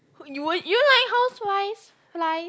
you would you like houseflies flies